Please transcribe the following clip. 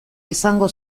izango